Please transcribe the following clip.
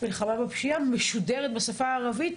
מלחמה בפשיעה משודרת בשפה הערבית,